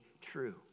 true